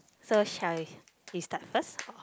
so shall we you start first